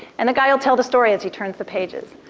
and the guy will tell the story as he turns the pages.